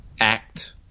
act